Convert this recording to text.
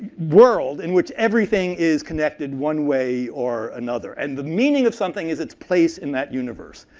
worlds in which everything is connected one way or another. and the meaning of something is it's place in that universe.